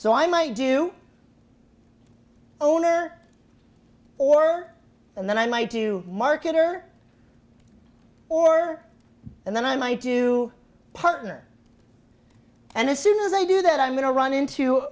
so i might do owner or and then i might do marketer or and then i do partner and as soon as i do that i'm going to run into